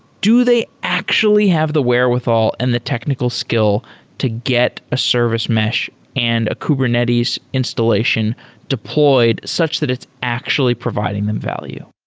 do they actually have the wherewithal and the technical skill to get a service mesh and a kubernetes installation deployed, such that it's actually providing them value?